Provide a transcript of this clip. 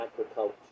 agriculture